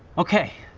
okay,